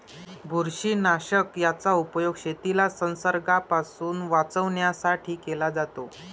बुरशीनाशक याचा उपयोग शेतीला संसर्गापासून वाचवण्यासाठी केला जातो